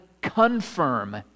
confirm